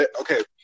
Okay